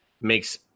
makes